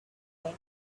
went